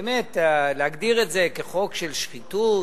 באמת, להגדיר את זה כחוק של שחיתות,